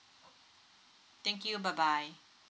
thank you bye bye